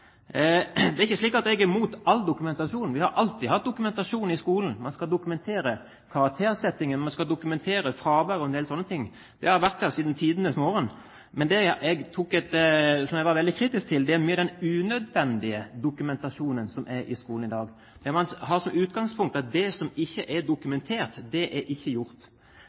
imot all dokumentasjon. Vi har alltid hatt dokumentasjon i skolen. Man skal dokumentere karaktersettingen, man skal dokumentere fravær og en del slike ting – det har vært der siden tidenes morgen. Men det jeg er veldig kritisk til, er mye av den unødvendige dokumentasjonen som er i skolen i dag, der man har som utgangspunkt at det som ikke er dokumentert, er ikke gjort.